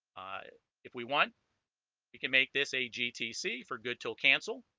if we want we can make this a gtc for good tool cancel